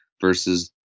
versus